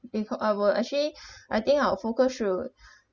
beco~ our actually I think our focus should